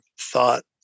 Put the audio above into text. thought